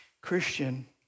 Christian